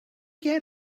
get